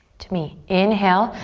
to me. inhale,